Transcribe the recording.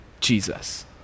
Jesus